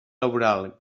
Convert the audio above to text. laboral